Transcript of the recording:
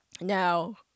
now